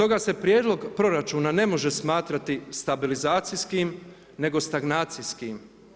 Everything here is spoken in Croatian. Stoga se prijedlog proračuna ne može smatrati stabilizacijskim nego stagnacijskim.